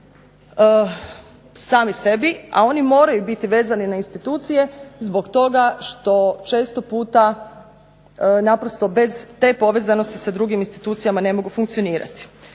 sami sebi, a oni moraju biti vezani na institucije zbog toga što često puta naprosto bez te povezanosti sa drugim institucijama ne mogu funkcionirati.